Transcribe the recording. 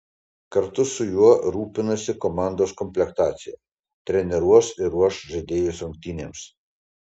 kartu su juo rūpinasi komandos komplektacija treniruos ir ruoš žaidėjus rungtynėms